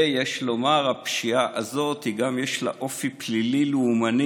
ויש לומר שלפשיעה הזאת יש גם אופי פלילי-לאומני,